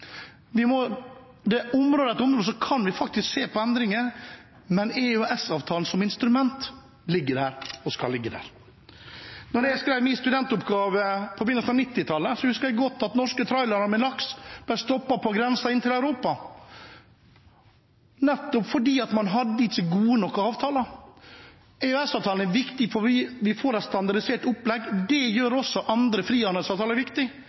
vi gjort det? På område etter område kan vi se på endringer, men EØS-avtalen som instrument ligger der og skal ligge der. Da jeg skrev min studentoppgave på begynnelsen av 1990-tallet, husker jeg godt at norske trailere med laks ble stoppet på grensen til Europa, nettopp fordi man ikke hadde gode nok avtaler. EØS-avtalen er viktig fordi vi får et standardisert opplegg. Det gjør også andre frihandelsavtaler